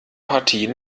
partie